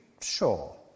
sure